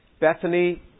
Bethany